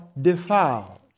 defiled